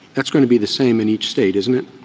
it's going to be the same in each state, isn't it,